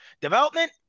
Development